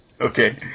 Okay